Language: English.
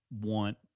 want